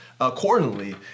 accordingly